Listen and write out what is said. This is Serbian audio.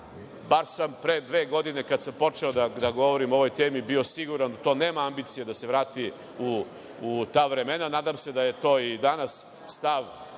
bar sam pre dve godine kada sam počeo da govorim o ovoj temi bio siguran u to, nema ambicije da se vrati u ta vremena. Nadam se da je to i danas stav